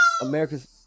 America's –